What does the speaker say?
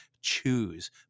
choose